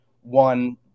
one